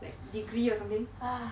like degree or something